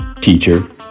teacher